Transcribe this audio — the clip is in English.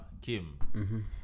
Kim